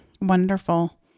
Wonderful